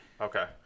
okay